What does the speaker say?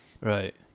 Right